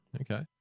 Okay